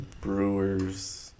Brewers